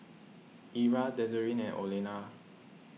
Ira Desiree and Olena